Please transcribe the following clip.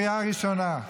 קריאה ראשונה.